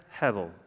hevel